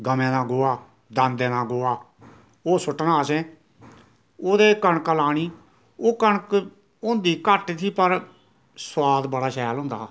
गवें दा गुआ दांदें दा गोहा ओह् सुट्ट्ना असैं ओह्दे कनक लानी ओ कनक होंदी घट्ट ही पर सोआद बड़ा शैल होंदा हा